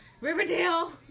Riverdale